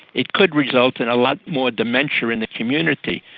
it could result in a lot more dementia in the community.